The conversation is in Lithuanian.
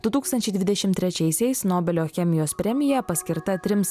du tūkstančiai dvidešimt trečiaisiais nobelio chemijos premija paskirta trims